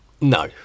No